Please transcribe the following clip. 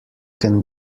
can